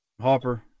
Hopper